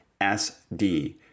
SD